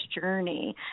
journey